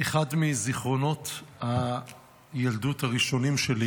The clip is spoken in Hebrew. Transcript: אחד מזיכרונות הילדות הראשונים שלי